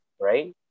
right